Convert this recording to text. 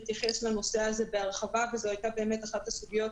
התייחס לנושא הזה בהרחבה וזאת הייתה באמת אחת הסוגיות